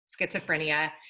schizophrenia